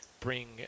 bring